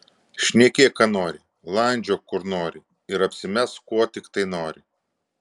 šnekėk ką nori landžiok kur nori ir apsimesk kuo tiktai nori